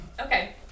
Okay